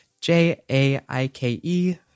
J-A-I-K-E